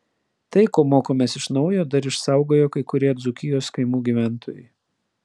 tai ko mokomės iš naujo dar išsaugojo kai kurie dzūkijos kaimų gyventojai